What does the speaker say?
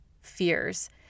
fears